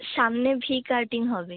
সামনে V cutting হবে